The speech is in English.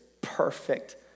perfect